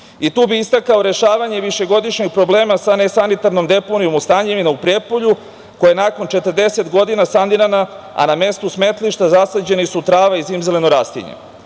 i tu bih istakao rešavanje višegodišnjeg problema sa nesanitarnom deponijom Stanjevinu u Prijepolju koja je nakon 40 godina sanirana, a na mestu smetlišta zasađeni su trava i zimzeleno rastinje.